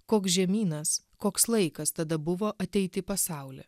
koks žemynas koks laikas tada buvo ateiti į pasaulį